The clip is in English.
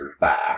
back